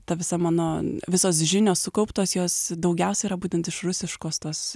ta visa mano visos žinios sukauptos jos daugiausia yra būtent iš rusiškos tos